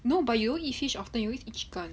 no but you don't eat fish often you always eat chicken